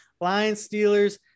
Lions-Steelers